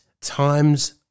times